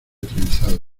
trenzado